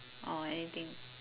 oh anything